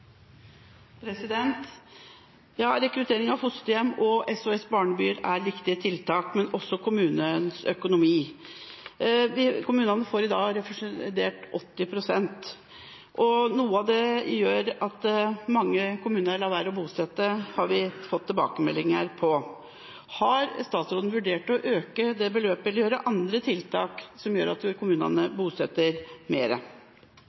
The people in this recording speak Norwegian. Rekruttering av fosterhjem og SOS-barnebyer er viktige tiltak, men også kommunens økonomi. Kommunene får i dag refundert 80 pst. Det er noe av det som gjør at mange kommuner lar være å bosette, har vi fått tilbakemeldinger på. Har statsråden vurdert å øke det beløpet eller andre tiltak som gjør at kommunene bosetter